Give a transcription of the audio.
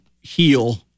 heal